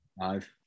five